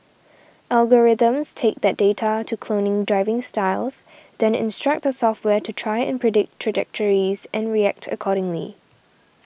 algorithms take that data to clone driving styles then instruct the software to try and predict trajectories and react accordingly